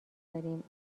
داریم